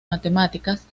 matemáticas